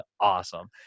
awesome